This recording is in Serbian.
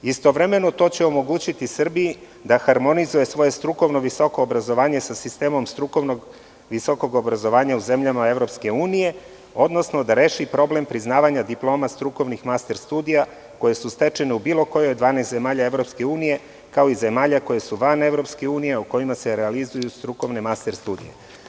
Istovremeno to će omogućiti Srbiji da harmonizuje svoje strukovno visoko obrazovanje sa sistemom strukovnog visokog obrazovanja u zemljama EU, odnosno da reši problem priznavanja diploma strukovnih master studija koje su stečene u bilo kojoj od 12 zemalja EU, kao i u zemljama koje su van EU u kojima se realizuju strukovne master studije.